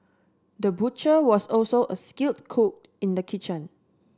the butcher was also a skilled cook in the kitchen